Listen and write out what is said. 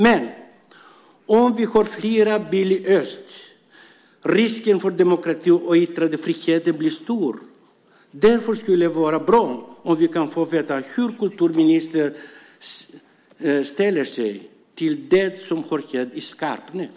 Men om vi får fler Billy Östh blir risken för demokratin och yttrandefriheten stor. Därför skulle det vara bra om vi kan få veta hur kulturministern ställer sig till det som har hänt i Skarpnäck.